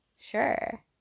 Sure